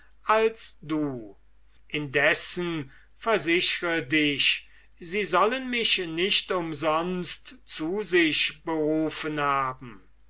als du indessen versichre dich sie sollen mich nicht umsonst zu sich berufen haben